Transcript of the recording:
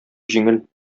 җиңел